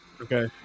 Okay